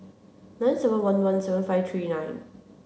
nine seven one one seven five three nine